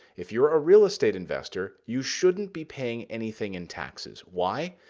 if you're a real estate investor, you shouldn't be paying anything in taxes. why?